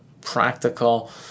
practical